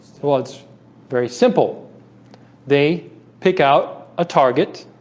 well, it's very simple they pick out a target